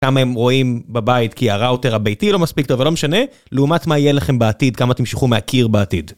כמה הם רואים בבית כי הראוטר הביתי לא מספיק טוב ולא משנה, לעומת מה יהיה לכם בעתיד, כמה תמשכו מהקיר בעתיד.